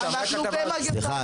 רק אתה --- סליחה,